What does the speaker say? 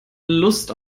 lust